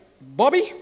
Bobby